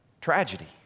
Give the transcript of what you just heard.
Tragedy